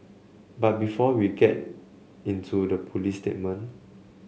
but before we get into the police statement